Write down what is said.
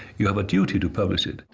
you have a duty to publish it.